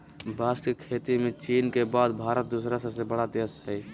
बांस के खेती में चीन के बाद भारत दूसरा सबसे बड़ा देश हइ